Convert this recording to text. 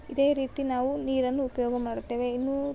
ಇದೇ ರೀತಿ ನಾವು ನೀರನ್ನು ಉಪಯೋಗ ಮಾಡುತ್ತೇವೆ ಇನ್ನು